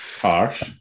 Harsh